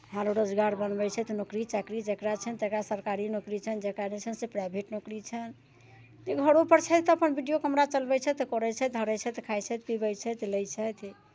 हर रोजगार बनबै छथि नौकरी चाकरी जकरा छनि तकरा सरकारी नौकरी छनि जकरा नहि छनि से प्राइभेट नौकरी छनि जे घरोपर छथि अपन विडियो कैमरा चलबै छथि करै छथि धरै छथि खाइत छथि पीबै छथि लैत छथि